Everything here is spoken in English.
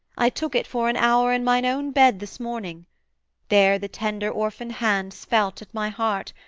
i took it for an hour in mine own bed this morning there the tender orphan hands felt at my heart,